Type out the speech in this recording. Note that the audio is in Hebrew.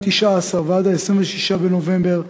מ-19 ועד 26 בנובמבר,